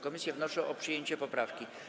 Komisje wnoszą o przyjęcie tej poprawki.